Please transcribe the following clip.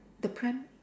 the pram